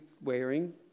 wearing